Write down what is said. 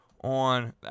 on